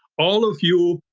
all of you,